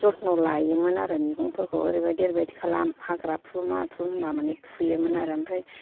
जत्न' लायोमोन आरो मैगंफोरखौ ओरैबादि ओरैबादि खालाम हाग्रा फु मा फु होनबा माने फुयोमोन आरो ओमफ्राय